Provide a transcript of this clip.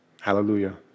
Hallelujah